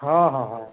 ହଁ ହଁ ହଁ